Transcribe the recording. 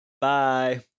Bye